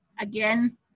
Again